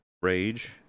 Rage